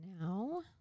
now